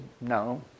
No